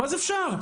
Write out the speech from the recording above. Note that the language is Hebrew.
אז אפשר.